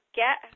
get –